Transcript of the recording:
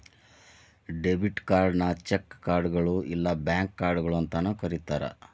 debit ಕಾರ್ಡ್ನ check ಕಾರ್ಡ್ಗಳು ಇಲ್ಲಾ ಬ್ಯಾಂಕ್ ಕಾರ್ಡ್ಗಳ ಅಂತಾನೂ ಕರಿತಾರ